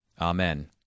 Amen